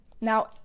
Now